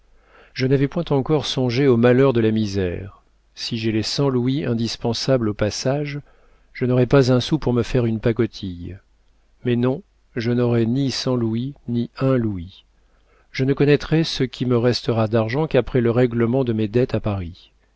je n'avais point encore songé aux malheurs de la misère si j'ai les cent louis indispensables au passage je n'aurai pas un sou pour me faire une pacotille mais non je n'aurai ni cent louis ni un louis je ne connaîtrai ce qui me restera d'argent qu'après le règlement de mes dettes à paris